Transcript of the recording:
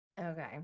Okay